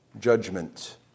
judgment